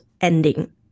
ending